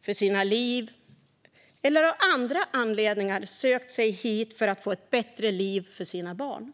för sitt liv eller av andra anledningar har sökt sig hit för att få ett bättre liv för sina barn.